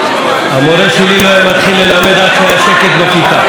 המורה שלי לא היה מתחיל ללמד עד שלא היה שקט בכיתה.